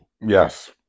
Yes